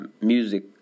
music